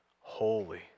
holy